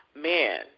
man